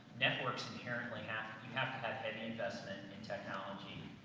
networks inherently have. you have to have had investment in technology,